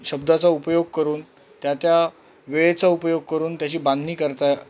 शब्दाचा उपयोग करून त्या त्या वेळेचा उपयोग करून त्याची बांधणी करता